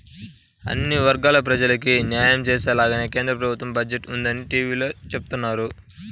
అన్ని వర్గాల ప్రజలకీ న్యాయం చేసేలాగానే కేంద్ర ప్రభుత్వ బడ్జెట్ ఉందని టీవీలో చెబుతున్నారు